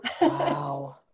Wow